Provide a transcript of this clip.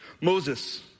Moses